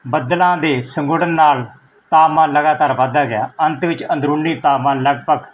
ਬੱਦਲਾਂ ਦੇ ਸੁੰਗੜਨ ਨਾਲ ਤਾਪਮਾਨ ਲਗਾਤਾਰ ਵੱਧਦਾ ਗਿਆ ਅੰਤ ਵਿੱਚ ਅੰਦਰੂਨੀ ਤਾਪਮਾਨ ਲਗਭਗ